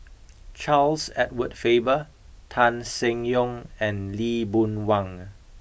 Charles Edward Faber Tan Seng Yong and Lee Boon Wang